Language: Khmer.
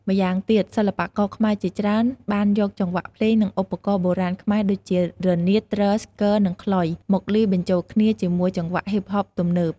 ម្យ៉ាងទៀត សិល្បករខ្មែរជាច្រើនបានយកចង្វាក់ភ្លេង និងឧបករណ៍បុរាណខ្មែរដូចជា រនាត ទ្រ ស្គរ និង ខ្លុយ មកលាយបញ្ចូលគ្នាជាមួយចង្វាក់ ហ៊ីបហប ទំនើប។